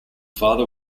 father